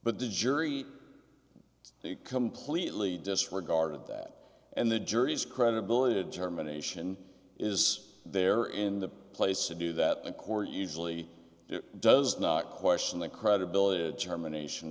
but the jury he completely disregarded that and the jury's credibility determination is there in the place to do that the core usually does not question the credibility germination